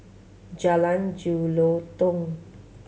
Jalan Jelutong